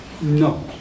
No